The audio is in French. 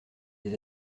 des